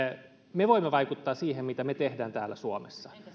me voimme vaikuttaa siihen mitä me teemme täällä suomessa